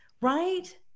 right